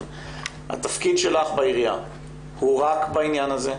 התפקיד שלך בעירייה הוא רק בעניין הזה?